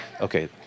okay